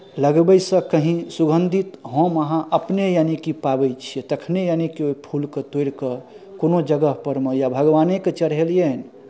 लगबै सँ कहीँ सुगन्धित हम अहाँ अपने यानिकि पाबै छी तखने यानिकि ओ फूलकेँ तोड़ि कऽ कोनो जगह परमे या भगवानेकेँ चढ़ेलियनि